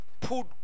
put